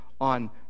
on